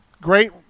Great